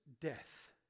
death